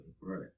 Right